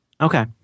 Okay